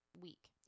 week